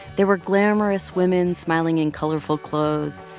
there were glamorous women smiling in colorful clothes,